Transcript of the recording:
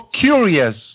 curious